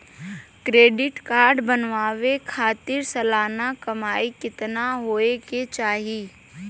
Credit card बनवावे खातिर सालाना कमाई कितना होए के चाही?